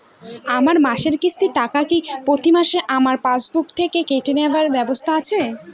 আমার মাসিক কিস্তির টাকা কি প্রতিমাসে আমার পাসবুক থেকে কেটে নেবার ব্যবস্থা আছে?